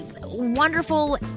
wonderful